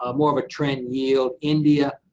ah more of a trend yield. india,